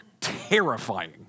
terrifying